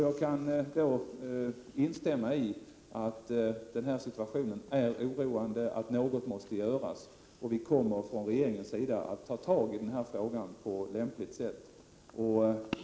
Jag kan instämma i att detta är oroande och att något måste göras. Vi kommer från regeringens sida att ta tag i den här frågan på ett lämpligt sätt.